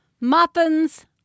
Muffins